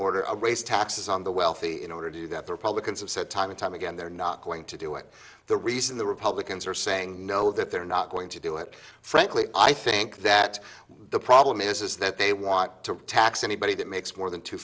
order to raise taxes on the wealthy in order to do that the republicans have said time and time again they're not going to do it the reason the republicans are saying no that they're not going to do it frankly i think that the problem is is that they want to tax anybody that makes more than two